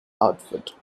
outfit